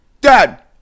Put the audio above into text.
dad